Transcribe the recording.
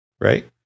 right